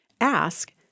Ask